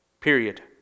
period